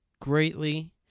greatly